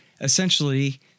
essentially